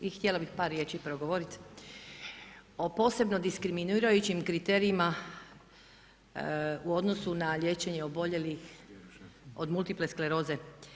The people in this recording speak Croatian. I htjela bih par riječi progovorit o posebno diskriminirajućim kriterijima u odnosu na liječenje oboljelih od multiple skleroze.